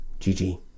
GG